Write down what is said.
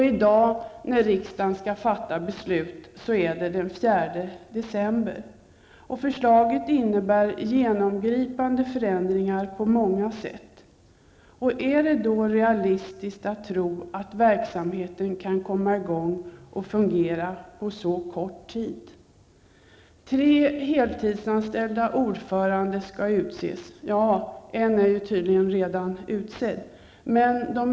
I dag, när riksdagen alltså skall fatta beslut, är det den 4 december. Förslaget innebär genomgripande förändringar i många avseenden. Är det då realistiskt att tro att verksamheten kan komma i gång och fungera när tiden är så kort? Tre heltidsanställda orförande skall utses -- ja, en är tydligen redan utsedd.